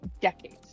decades